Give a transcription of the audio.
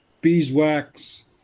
beeswax